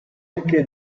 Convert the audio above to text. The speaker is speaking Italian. anche